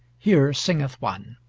here singeth one